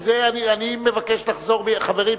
אני מבקש לחזור בי חברים,